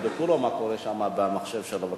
תבדקו לו מה קורה שם במחשב שלו בבקשה.